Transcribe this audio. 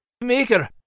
maker